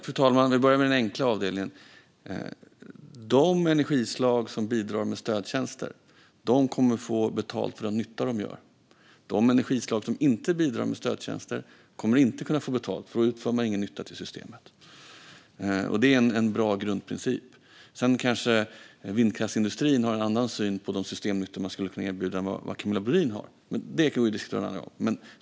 Fru talman! Jag vill börja med den enkla avdelningen. De energislag som bidrar med stödtjänster kommer att få betalt för den nytta de gör. De energislag som inte bidrar med stödtjänster kommer inte att kunna få betalt, för då utför man ingen nytta som bidrar till systemet. Det är en bra grundprincip. Sedan kanske vindkraftsindustrin har en annan syn på de systemnyttor man skulle kunna erbjuda än vad Camilla Brodin har, men det kan vi diskutera en annan gång.